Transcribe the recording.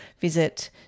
Visit